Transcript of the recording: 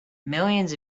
millions